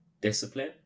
discipline